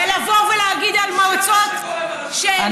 ולבוא ולהגיד על מועצות שהן מאפיה,